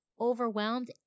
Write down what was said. overwhelmed